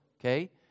okay